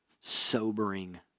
sobering